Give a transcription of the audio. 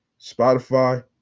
Spotify